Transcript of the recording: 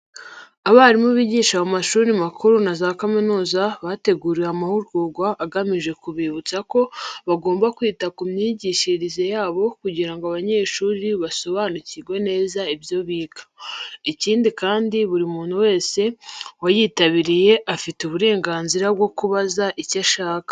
Abarimu bigisha mu mashuri makuru na za kaminuza bateguriwe amahugurwa agamije kubibutsa ko bagomba kwita ku myigishirize yabo kugira ngo abanyeshuri basobanukirwe neza ibyo biga. Ikindi kandi buri muntu wese wayitabiriye afite uburenganzira bwo kubaza icyo ashaka.